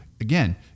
again